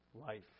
life